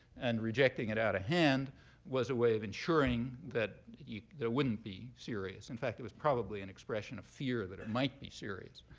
and rejecting it out of hand was a way of ensuring that there wouldn't be serious in fact, it was probably an expression of fear that it might be serious.